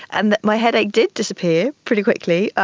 and my headache did disappear pretty quickly.